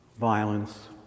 violence